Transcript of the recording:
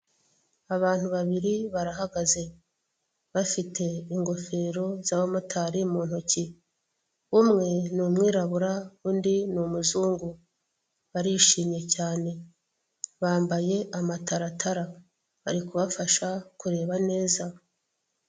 Abantu babiri barahagaze bafite ingofero z'abamotari mu ntoki, umwe ni umwirabura undi ni umuzungu, barishimye cyane bambaye amataratara ari kubafasha kureba neza.